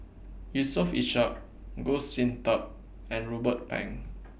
Yusof Ishak Goh Sin Tub and Ruben Pang